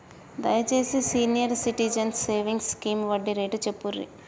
దయచేసి senior citizens savings scheme వడ్డీ rate చెప్పుర్రి